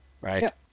right